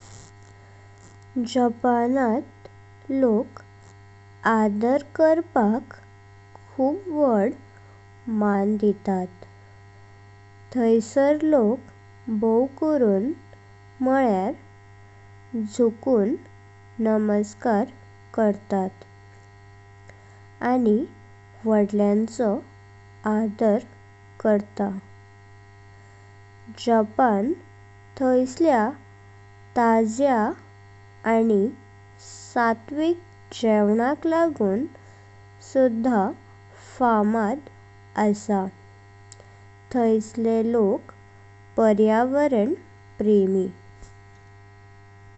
जपानां लोक आधर करपाक खोब वड मान दितात, थइसार लोक बाऊ करुन म्हणल्यार झुकून नमस्कार करतात। आनी वडल्यांचा आधर करता। जपान थइसल्या ताज्या आनी सात्विक जेवणाक लागूण सुद्धा फामाद असा। थइसले लोक पर्यावरण प्रेमी।